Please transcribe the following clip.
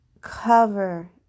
cover